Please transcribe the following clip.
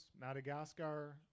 Madagascar